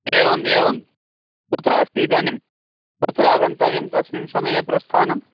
एवम् एवं कुत्र अस्ति इदानीं कुत्र आगन्तव्यं कस्मिन् समये प्रस्थानं